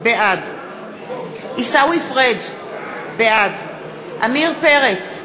בעד עיסאווי פריג' בעד עמיר פרץ,